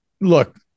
look